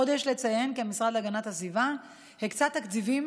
עוד יש לציין כי המשרד להגנת הסביבה הקצה תקציבים